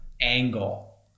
angle